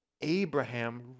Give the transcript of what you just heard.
Abraham